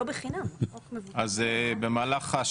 המשמעות היא